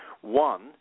One